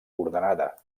ordenada